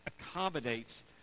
accommodates